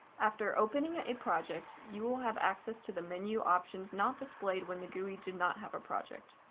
after opening ah a project, you will have access to the menu options not displayed when the gui did not have a project.